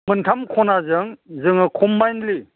मोनथाम खनाजों जोङो कम्बाइनलि